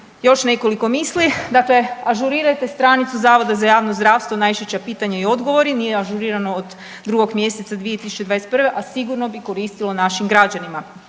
još nekoliko misli, dakle ažurirajte stranicu HJZJ najčešća pitanja i odgovori, nije ažurirano od 2. mjeseca 2021., a sigurno bi koristilo našim građanima,